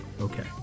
Okay